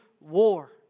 war